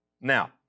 Now